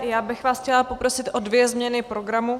Já bych vás chtěla poprosit o dvě změny programu.